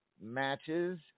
matches